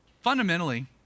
Fundamentally